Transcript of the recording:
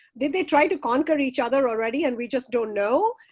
did they try to conquer each other already? and we just don't know.